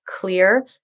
Clear